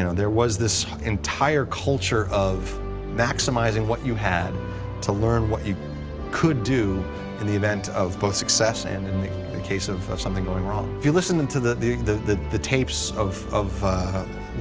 you know there was this entire culture of maximizing what you had to learn what you could do in the event of both success and in the the case of of something going wrong. if you listen to the the the tapes of of